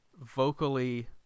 vocally